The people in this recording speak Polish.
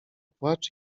płacz